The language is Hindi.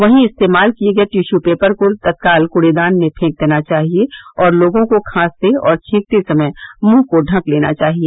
वहीं इस्तेमाल किए गए टिशू पेपर को तत्काल कूड़ेदान में फेंक देना चाहिए और लोगों को खांसते और छींकते समय मुंह को ढक लेना चाहिए